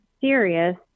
serious